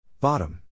Bottom